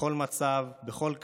בכל מצב, בכל קרב,